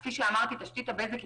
תשתית בזק היא